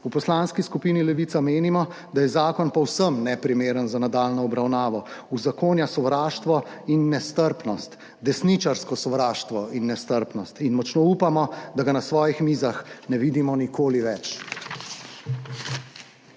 V Poslanski skupini Levica menimo, da je zakon povsem neprimeren za nadaljnjo obravnavo. Uzakonja sovraštvo in nestrpnost, desničarsko sovraštvo in nestrpnost in močno upamo, da ga na svojih mizah ne vidimo nikoli več.